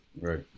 right